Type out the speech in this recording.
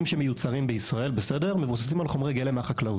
שמיוצרים בישראל מבוססים על חומרי גלם מהחקלאות.